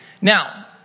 Now